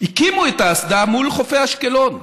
הקימו את האסדה מול חופי אשקלון,